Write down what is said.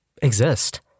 exist